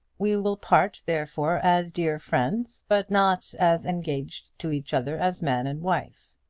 we will part, therefore, as dear friends, but not as engaged to each other as man and wife.